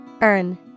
Earn